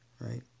right